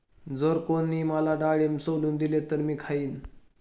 जर कोणी मला डाळिंब सोलून दिले तर मी खाईन